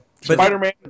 Spider-Man